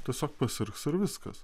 tiesiog pasirgs ir viskas